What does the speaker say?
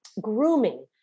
grooming